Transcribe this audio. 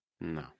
No